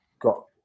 got